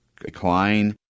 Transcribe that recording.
decline